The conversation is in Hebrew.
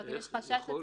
אם יש חשש